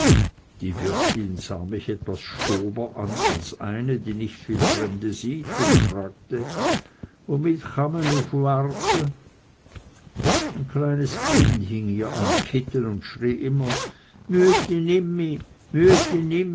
die wirtin sah mich etwas stober an als eine die nicht viel fremde sieht und fragte womit chame n ufwarte ein kleines kind hing ihr am kittel und schrie immer müetti nimm mi